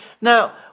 Now